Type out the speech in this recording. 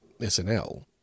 SNL